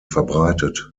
verbreitet